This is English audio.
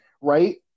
right